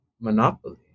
monopoly